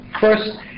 First